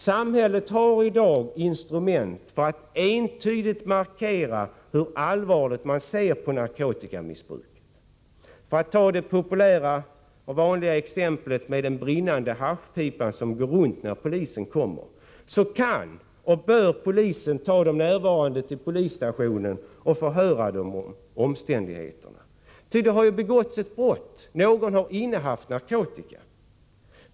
Samhället har i dag instrument för att entydigt markera hur allvarligt man ser på narkotikamissbruk. För att använda det populära exemplet med den brinnande haschpipan som går runt när polisen kommer, så kan och bör polisen vid sådana tillfällen ta med de närvarande till polisstationen och förhöra dem om de närmare omständigheterna. Ett brott har ju begåtts, någon har innehaft narkotika.